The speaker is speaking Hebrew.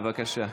בבקשה.